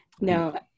No